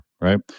right